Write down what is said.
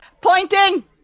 Pointing